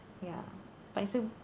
ya but still